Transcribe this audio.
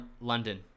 london